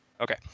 okay